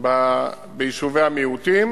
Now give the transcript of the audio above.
ביישובי המיעוטים,